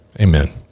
Amen